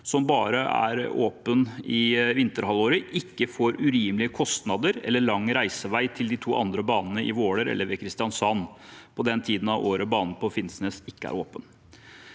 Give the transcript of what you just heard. som bare er åpen i vinterhalvåret – ikke får urimelige kostnader eller lang reisevei til de to andre banene, i Våler og ved Kristiansand, på den tiden av året da banen på Finnsnes ikke er åpen.